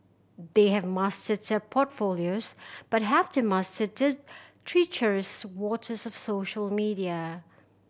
they have mastered their portfolios but have they mastered treacherous waters of social media